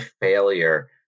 failure